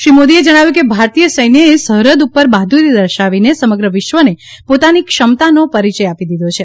શ્રી મોદીએ જણાવ્યું હતું કે ભારતીય સૈન્યએ સરહદ ઉપર બહાદુરી દર્શાવીને સમગ્ર વિશ્વને પોતાની ક્ષમતાનો પરિયય આપી દીધો છે